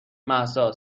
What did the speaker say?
مهسا